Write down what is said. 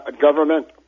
government